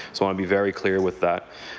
so um be very clear with that.